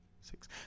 six